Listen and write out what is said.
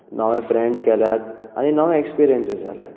नवे फ्रेंड्स केल्यात आनी नवे एक्सपिरयंसीस जाल्यात